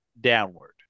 downward